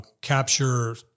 capture